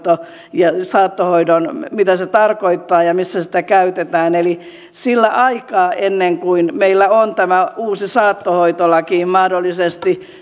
ja se mitä se tarkoittaa ja missä sitä käytetään sillä aikaa ennen kuin meillä on tämä uusi saattohoitolaki mahdollisesti